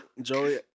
Joey